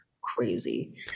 crazy